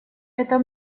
это